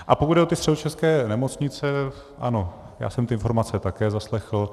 A pokud jde o ty středočeské nemocnice, ano, já jsem ty informace také zaslechl.